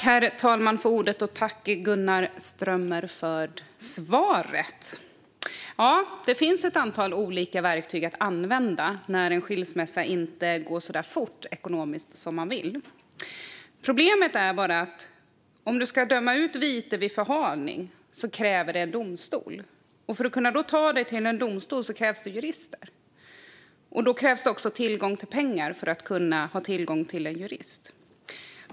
Herr talman! Tack, Gunnar Strömmer, för svaret! Det finns ett antal olika verktyg att använda när en skilsmässa inte går så fort som man vill, ekonomiskt. Problemet är bara att om det ska utdömas vite vid förhalning kräver det domstol, och för att ta ärendet till domstol krävs jurister - och även tillgång till pengar för att betala juristerna.